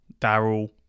Daryl